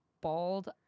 bald